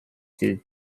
too